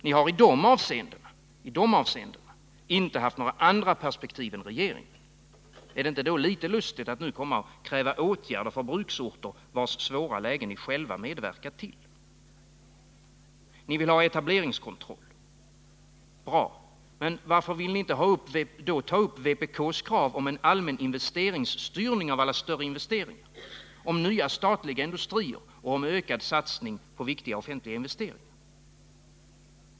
Ni .hari de avseendena inte haft några andra perspektiv än regeringen. Är det då inte litet lustigt att nu komma och kräva åtgärder för bruksorter, vars svåra läge ni själva medverkat till? Ni vill ha etableringskontroll. Bra! Men varför vill ni då inte ta upp vpk:s krav på en allmän styrning av alla större investeringar, på nya statliga industrier och på ökad satsning på viktiga offentliga investeringar?